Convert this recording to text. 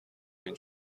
این